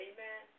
Amen